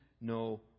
no